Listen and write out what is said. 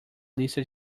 lista